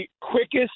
quickest